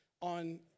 on